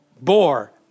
bore